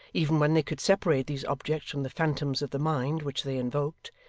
even when they could separate these objects from the phantoms of the mind which they invoked,